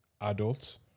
adults